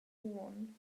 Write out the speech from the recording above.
uonn